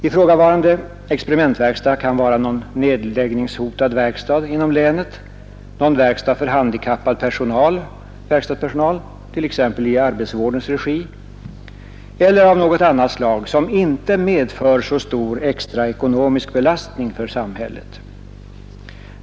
Ifrågavarande experimentverkstad kan vara någon nedläggningshotad verkstad inom länet, någon verkstad för handikappad verkstadspersonal, t.ex. i arbetsvårdens regi, eller en lokal av annan art, som inte medför så stor extra ekonomisk belastning för samhället.